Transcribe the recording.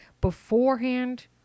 beforehand